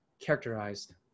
characterized